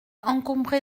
encombré